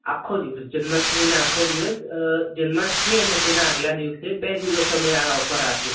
આખો દિવસ જન્માષ્ટમીના આખો દિવસ જન્માષ્ટમી અને તેના આગલા દિવસે બે દિવસ અમે આ ઓફર રાખી છે